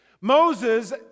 Moses